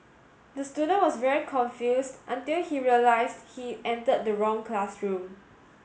the student was very confused until he realised he entered the wrong classroom